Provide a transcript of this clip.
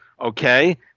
Okay